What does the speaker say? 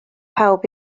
pawb